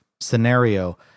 scenario